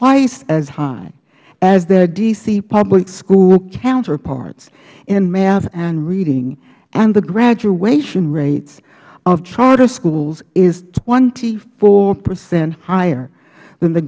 twice as high as the d c public school counterparts in math and reading and the graduation rates of charter schools is twenty four percent higher than the